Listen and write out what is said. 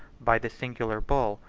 by the singular bull,